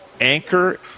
anchor